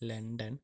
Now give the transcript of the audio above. London